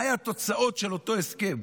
מה היו התוצאות של אותו הסכם,